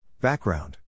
Background